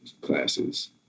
classes